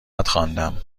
خواندم